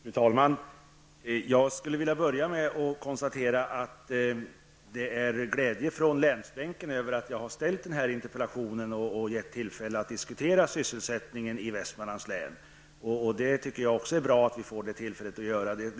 Fru talman! Jag skall börja med att konstatera att det är glädje på länsbänken över att jag har framställt den här interpellationen och gett tillfälle att diskutera sysselsättningen i Västmanlands län. Jag tycker också att det är bra att vi får tillfälle att göra det.